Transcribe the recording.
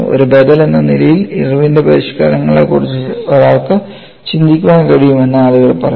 ഒരു ബദൽ എന്ന നിലയിൽ ഇർവിന്റെ പരിഷ്ക്കരണങ്ങളെക്കുറിച്ച് ഒരാൾക്ക് ചിന്തിക്കാൻ കഴിയും എന്ന് ആളുകൾ പറഞ്ഞു